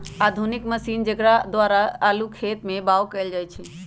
आधुनिक मशीन जेकरा द्वारा आलू खेत में बाओ कएल जाए छै